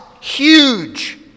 huge